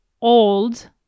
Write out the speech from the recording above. old